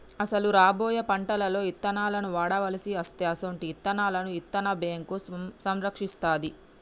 అసలు రాబోయే పంటలలో ఇత్తనాలను వాడవలసి అస్తే అసొంటి ఇత్తనాలను ఇత్తన్న బేంకు సంరక్షిస్తాది